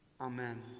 Amen